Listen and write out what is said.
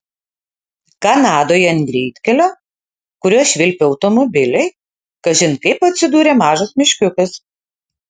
kanadoje ant greitkelio kuriuo švilpė automobiliai kažin kaip atsidūrė mažas meškiukas